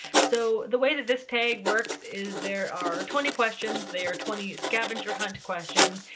so the way that this tag works is there are twenty questions, they are twenty scavenger hunt questions,